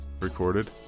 Recorded